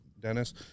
Dennis